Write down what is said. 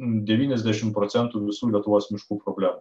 devyniasdešimt procentų visų lietuvos miškų problemų